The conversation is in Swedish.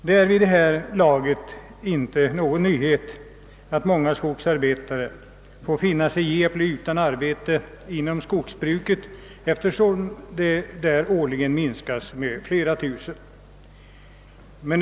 Det är vid det här laget inte nå gon nyhet att många skogsarbetare får finna sig i att bli utan arbete inom skogsbruket, eftersom «arbetsstyrkan där årligen minskas med flera tusen man.